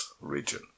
region